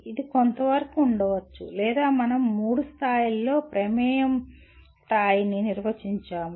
ఇది కొంతవరకు ఉండవచ్చు లేదా మనం మూడు స్థాయిలలో ప్రమేయం స్థాయిని నిర్వచించాము